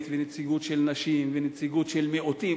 ונציגות של נשים ונציגות של מיעוטים,